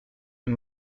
and